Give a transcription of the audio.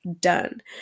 done